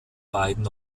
beiden